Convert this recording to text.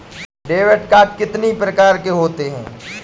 Debit card कितनी प्रकार के होते हैं?